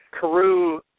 Carew